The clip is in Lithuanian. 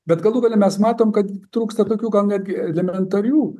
bet galų gale mes matom kad trūksta tokių gal netgi elementarių